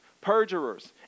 perjurers